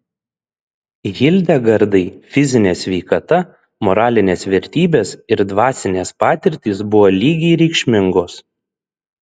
hildegardai fizinė sveikata moralinės vertybės ir dvasinės patirtys buvo lygiai reikšmingos